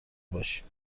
باشیم